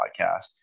podcast